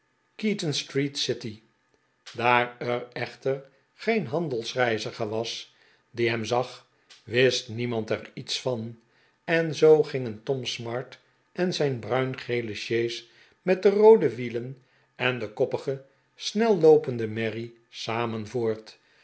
daar er echter geen handelsreiziger was die hem zag wist niemand er iets van en zoo gingen tom smart en zijn bruingele sjees met de roode wielen en de koppige snelloopende merrie samen voort